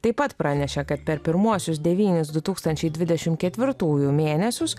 taip pat pranešė kad per pirmuosius devynis du tūkstančiai dvidešim ketvirtųjų mėnesius